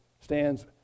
stands